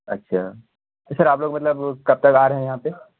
اچھا تو سر آپ لوگ مطلب کب تک آ رہے ہیں یہاں پہ